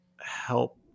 help